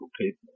people